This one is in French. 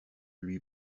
lui